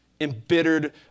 embittered